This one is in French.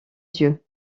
dieu